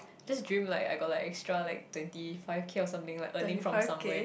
just dream like I got like extra like twenty five K or something like earning from somewhere